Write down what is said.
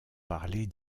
parler